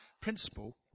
principle